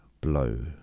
blow